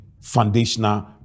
foundational